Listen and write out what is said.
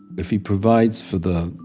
if he provides for the,